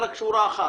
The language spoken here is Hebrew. זה רק שורה אחת.